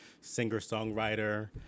singer-songwriter